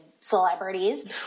celebrities